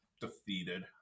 defeated